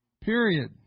period